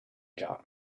jug